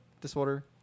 disorder